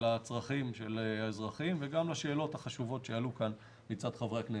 לצרכים של האזרחים ולשאלות החשובות שעלו כאן מצד חברי הכנסת.